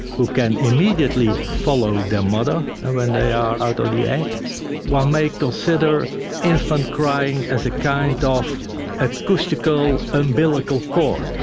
who can immediately follow their mother when they are out of the egg one may consider infant crying as a kind ah of acoustical umbilical cord.